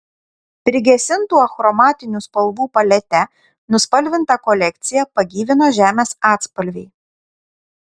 prigesintų achromatinių spalvų palete nuspalvintą kolekciją pagyvino žemės atspalviai